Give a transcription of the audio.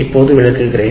இப்போது விளக்குகிறேன்